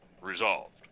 resolved